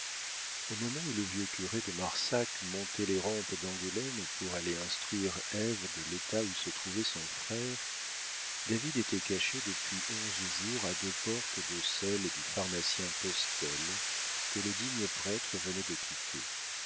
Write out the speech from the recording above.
au moment où le vieux curé de marsac montait les rampes d'angoulême pour aller instruire ève de l'état où se trouvait son frère david était caché depuis onze jours à deux portes de celle du pharmacien postel que le digne prêtre venait de quitter